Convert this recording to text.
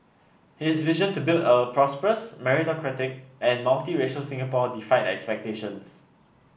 his vision to build a prosperous meritocratic and multiracial Singapore defied expectations